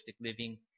living